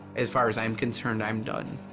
as far as i'm concerned, i'm done.